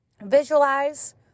Visualize